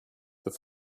the